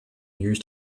years